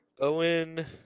Owen